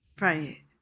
Right